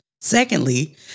Secondly